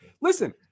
Listen